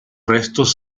restos